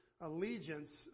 allegiance